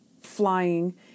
flying